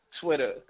Twitter